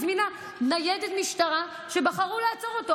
הזמינה ניידת משטרה שבחרו לעצור אותו.